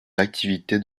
l’activité